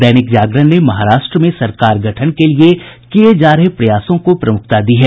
दैनिक जागरण ने महाराष्ट्र में सरकार गठन के लिए किये जा रहे प्रयासों को प्रमुखता दी है